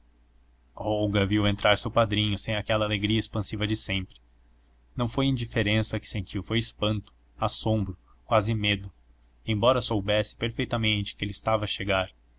olga viu entrar seu padrinho sem aquela alegria expansiva de sempre não foi indiferença que sentiu foi espanto assombro quase medo embora soubesse perfeitamente que ele estava a chegar